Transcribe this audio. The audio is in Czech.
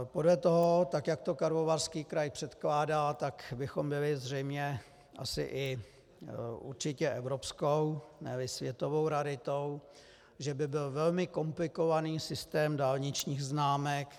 Podle toho, tak jak to Karlovarský kraj předkládá, tak bychom byli zřejmě asi i určitě evropskou, neli světovou raritou, že by byl velmi komplikovaný systém dálničních známek.